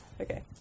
Okay